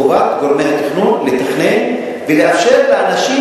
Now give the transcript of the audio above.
חובת גורמי התכנון לתכנן ולאפשר לאנשים